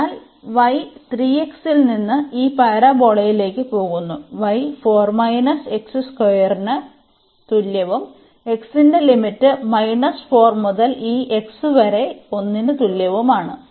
അതിനാൽ y 3x ൽ നിന്ന് ഈ പരാബോളയിലേക്ക് പോകുന്നു y ന് തുല്യവും x ന്റെ ലിമിറ്റ് 4 മുതൽ ഈ x വരെ 1 ന് തുല്യവുമാണ്